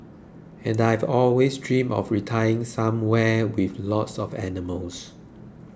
and I'd always dreamed of retiring somewhere with lots of animals